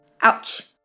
Ouch